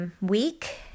week